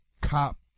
cop